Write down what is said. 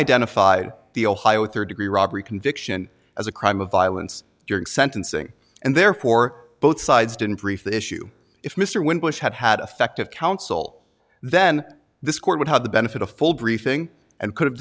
identified the ohio with third degree robbery conviction as a crime of violence during sentencing and therefore both sides didn't brief the issue if mr winbush had had effective counsel then this court would have the benefit of a full briefing and could have